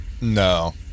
No